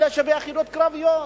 אלה שביחידות קרביות,